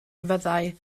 fyddai